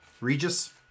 Regis